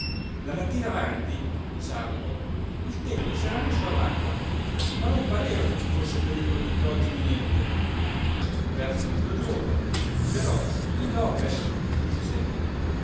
la mattina avanti sabato il tempo s'era messo all'acqua ma non pareva ci fosse pericolo di pioggia imminente verso mezzogiorno però il lopes dice